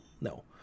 No